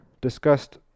discussed